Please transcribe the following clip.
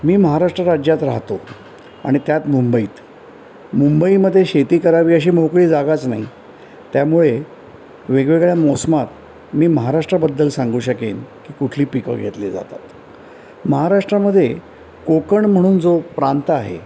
मी महाराष्ट्र राज्यात राहतो आणि त्यात मुंबईत मुंबईमध्ये शेती करावी अशी मोकळी जागाच नाही त्यामुळे वेगवेगळ्या मोसमात मी महाराष्ट्राबद्दल सांगू शकेन की कुठली पिकं घेतली जातात महाराष्ट्रामध्ये कोकण म्हणून जो प्रांत आहे